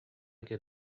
get